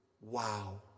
wow